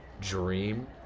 dream